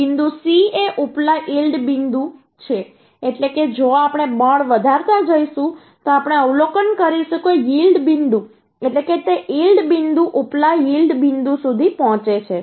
બિંદુ C એ ઉપલા યીલ્ડ બિંદુ છે એટલે કે જો આપણે બળ વધારતા જઈશું તો આપણે અવલોકન કરીશું કે યીલ્ડ બિંદુ એટલે કે તે યીલ્ડ બિંદુ ઉપલા યીલ્ડ બિંદુ સુધી પહોંચે છે